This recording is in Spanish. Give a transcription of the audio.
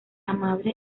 amable